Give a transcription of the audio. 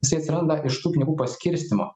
jisai atsiranda iš tų pinigų paskirstymo